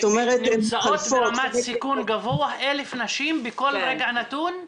הן מתחלפות --- נמצאות ברמת סיכון גבוה 1,000 נשים בכל רגע נתון?